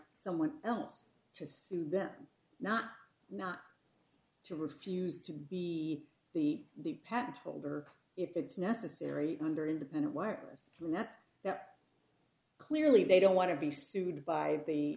someone else to sue them not not to refuse to be the the patent holder if it's necessary under independent wires from that that clearly they don't want to be sued by the